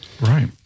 right